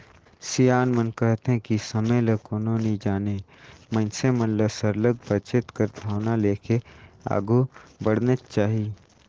सियान मन कहथें कि समे ल कोनो नी जानें मइनसे मन ल सरलग बचेत कर भावना लेके आघु बढ़नेच चाही